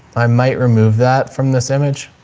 i might remove that from this image.